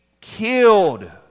killed